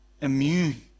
immune